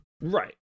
Right